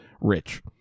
rich